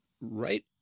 right